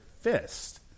fist